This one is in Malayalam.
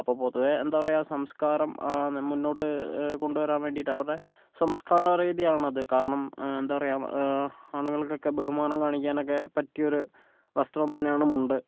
അപ്പോൾ പൊതുവെ എന്താ പറയുക സംസ്കാരം മുന്നോട്ട് കൊണ്ടുവരാൻ വേണ്ടിയിട്ട് അവരുടെ സംസ്കാര രീതിയാണ് അത് കാരണം എന്താ പറയുക ആണുങ്ങൾക്ക് ഒക്കെ ബഹുമാനം കാണിക്കാൻ ഒക്കെ പറ്റിയ ഒരു വസ്ത്രം തന്നെയാണ് മുണ്ട്